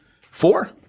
Four